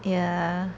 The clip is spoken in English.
ya